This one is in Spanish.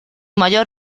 mayor